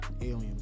Aliens